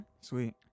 Sweet